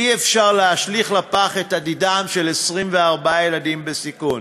אי-אפשר להשליך לפח את עתידם של 24 ילדים בסיכון.